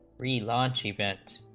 relaunch events